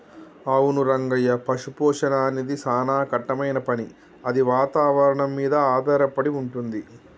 అవును రంగయ్య పశుపోషణ అనేది సానా కట్టమైన పని అది వాతావరణం మీద ఆధారపడి వుంటుంది